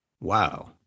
Wow